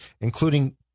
including